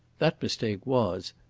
that mistake was,